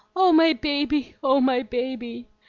oh, my baby! oh, my baby!